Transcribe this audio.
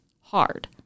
hard